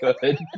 good